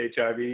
HIV